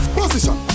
position